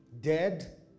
dead